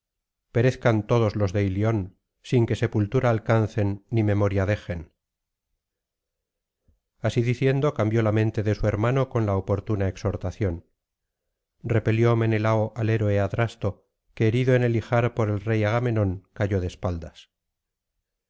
perezcan todos los de ilion sin que sepultura alcancen ni memoria dejen así diciendo cambió la mente de su hermano con la oportuna exhortación repelió menelao al héroe adrasto que herido en el ijar por el rey agamenón cayó de espaldas